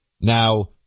Now